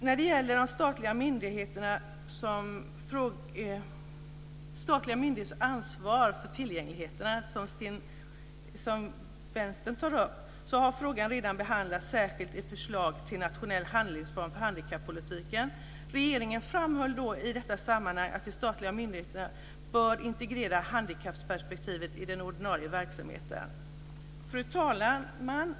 Frågan om statliga myndigheters ansvar för tillgängligheten, som Vänstern tar upp, har redan särskilt behandlats i förslaget till en nationell handlingsplan för handikappolitiken. Regeringen framhöll i detta sammanhang att de statliga myndigheterna bör integrera handikapperspektivet i den ordinarie verksamheten. Fru talman!